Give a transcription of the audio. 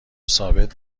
ثابت